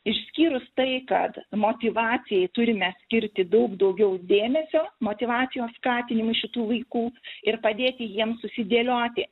išskyrus tai kad motyvacijai turime skirti daug daugiau dėmesio motyvacijos skatinimui šitų vaikų ir padėti jiems susidėlioti